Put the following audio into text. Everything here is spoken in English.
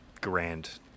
grand